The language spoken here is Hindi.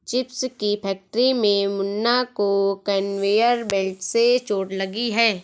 चिप्स की फैक्ट्री में मुन्ना को कन्वेयर बेल्ट से चोट लगी है